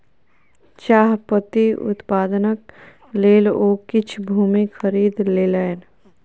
चाह पत्ती उत्पादनक लेल ओ किछ भूमि खरीद लेलैन